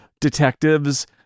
detectives